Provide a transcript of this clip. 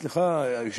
סליחה, היושב-ראש,